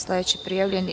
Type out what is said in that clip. Sledeći prijavljeni.